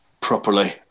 properly